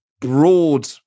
broad